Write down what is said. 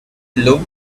looked